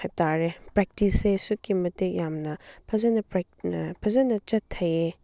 ꯍꯥꯏꯕꯇꯥꯔꯦ ꯄ꯭ꯔꯦꯛꯇꯤꯁꯁꯦ ꯑꯁꯨꯛꯀꯤ ꯃꯇꯤꯛ ꯌꯥꯝꯅ ꯐꯖꯅ ꯆꯠꯊꯩꯌꯦ